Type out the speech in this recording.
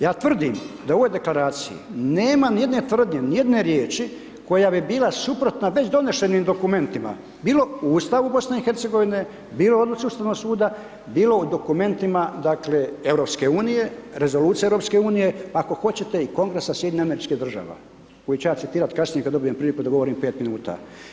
Ja tvrdim da u ovoj deklaraciji nema ni jedne tvrdnje ni jedne riječi koja bi bila suprotna već donešenim dokumentima bilo Ustavu BiH, bilo odluci Ustavnog suda, bilo u dokumentima dakle EU, rezolucije EU, ako hoćete i kongresa SAD-a koju ću ja citirat kasnije kad dobijem priliku da govorim 5 minuta.